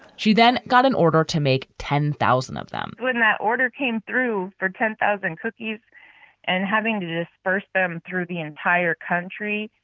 she then got an order to make ten thousand of them when that order came through for ten thousand cookies and having to disperse them through the and entire country,